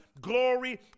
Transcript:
glory